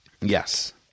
Yes